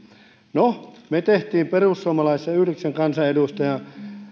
no me teimme perussuomalaisissa yhdeksän kansanedustajan